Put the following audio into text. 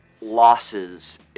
losses